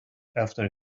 after